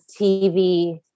TV